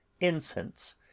incense